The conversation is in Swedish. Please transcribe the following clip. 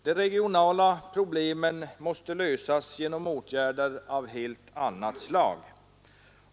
De regionala problemen måste lösas genom åtgärder av helt annat slag.